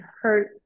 hurt